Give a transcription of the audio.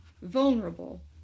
vulnerable